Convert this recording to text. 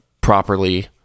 properly